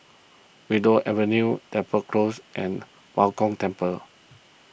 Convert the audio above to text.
Willow Avenue Depot Close and Bao Gong Temple